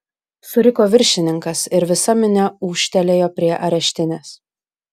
suriko viršininkas ir visa minia ūžtelėjo prie areštinės